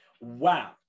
wow